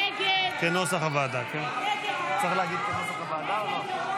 חוק הפחתת הגירעון והגבלת ההוצאה התקציבית (תיקון מס' 27),